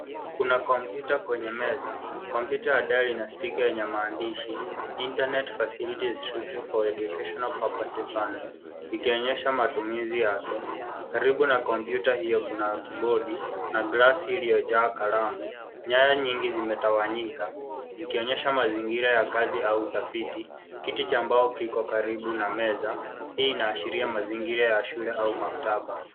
Kuna kompyuta kwenye meza kompyuta yenye sticker ya maandishi internet facility is strictly for educational purposes only ikionyesha matumizi yake karibu na kompyuta hiyo kuna kibodi na glasi iliyojaa kalamu nyaya nyingi zimetawanyika zikionyesha mazingira ya kazi au utafiti, kiti ch ambao iko karibu na meza hii inaashiria mazingira ya shule au maktaba.